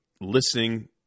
listening